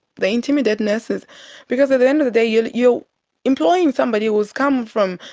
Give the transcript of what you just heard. they intimidate nurses because at the end of the day you're you're employing somebody who has come from,